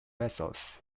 vessels